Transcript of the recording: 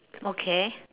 okay